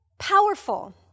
powerful